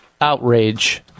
outrage